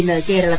ഇന്ന് കേരളത്തിൽ